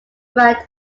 brand